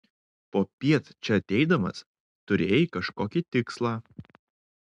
popiet čia ateidamas turėjai kažkokį tikslą